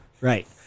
Right